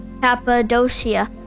Cappadocia